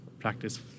practice